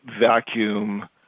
vacuum